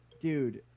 Dude